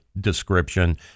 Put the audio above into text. description